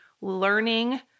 learning